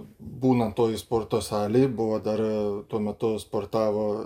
būnant toj sporto salėj buvo dar tuo metu sportavo